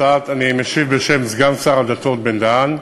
אני משיב בשם סגן שר הדתות בן-דהן.